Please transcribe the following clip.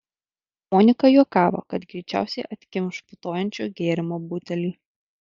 monika juokavo kad greičiausiai atkimš putojančio gėrimo butelį